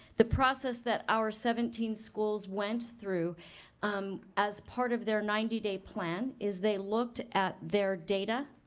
the process that our seventeen schools went through as part of their ninety day plan is they looked at their data.